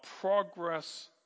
progress